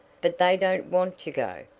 but they don't want to go,